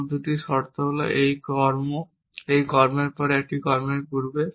অন্য দুটি শর্ত হল এই কর্ম এই কর্মের পরে এবং এই কর্মের পূর্বে